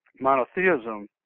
monotheism